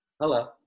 Hello